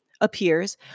appears